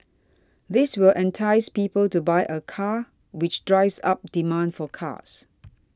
this will entice people to buy a car which drives up demand for cars